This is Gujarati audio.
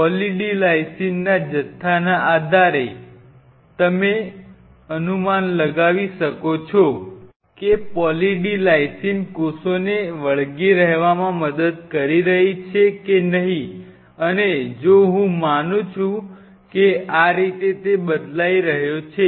પોલી D લાઈસિનના જથ્થાના આધારે તમે અનુમાન લગાવી શકો છો કે પોલી D લાઈસિન કોષોને વળગી રહેવામાં મદદ કરી રહી છે કે નહીં અને જો હું માનું છું કે આ રીતે તે બદલાઈ રહ્યો છે